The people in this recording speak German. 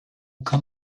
kann